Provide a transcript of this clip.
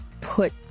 put